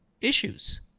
issues